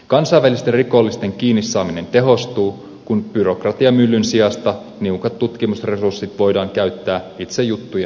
kansainvälisten rikollisen kiinni saaminen tehostuu kun byrokratiamyllyn sijasta niukat tutkimusresurssit voidaan käyttää itse juttujen tutkintaan